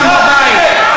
לברר אותן בבית,